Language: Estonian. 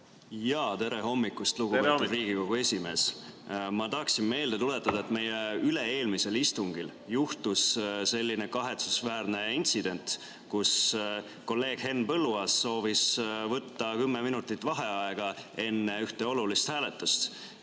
Tere hommikust, lugupeetud Riigikogu esimees! Tere hommikust! Ma tahaksin meelde tuletada, et meie üle-eelmisel istungil juhtus selline kahetsusväärne intsident, et kolleeg Henn Põlluaas soovis võtta 10 minutit vaheaega enne ühte olulist hääletust,